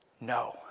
No